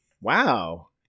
Wow